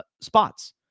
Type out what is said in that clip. spots